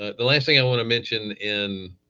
ah the last thing i want to mention in